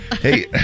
Hey